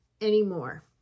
anymore